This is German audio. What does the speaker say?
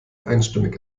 einstimmig